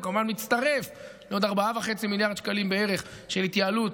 זה כמובן מצטרף לעוד 4.5 מיליארד שקלים בערך של התייעלות,